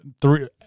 Three